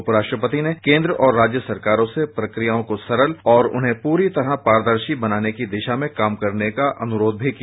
उपराष्ट्रपति ने केन्द्र और राज्य सरकारों से प्रक्रियाओं को सरल और उन्हें पूरी तरह पारदर्शी बनाने की दिशा में काम करने का अनुरोध भी किया